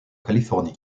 californie